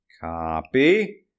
Copy